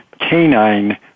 canine